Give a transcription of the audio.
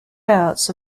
parts